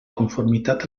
conformitat